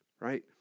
Right